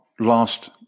last